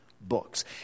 books